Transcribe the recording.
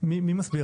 מי מסביר?